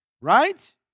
right